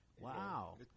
Wow